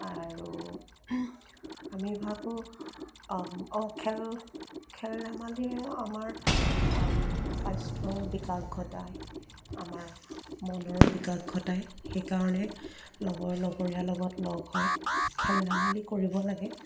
আৰু আমি ভাবোঁ অঁ খেল খেল ধেমালিৰে আমাৰ স্বাস্থ্যৰ বিকাশ ঘটায় আমাৰ মনৰ বিকাশ ঘটায় সেইকাৰণে লগৰ লগৰীয়াৰ লগত লগ হৈ খেল ধেমালি কৰিব লাগে